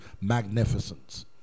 magnificence